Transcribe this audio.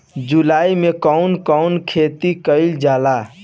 जुलाई मे कउन कउन खेती कईल जाला?